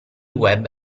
web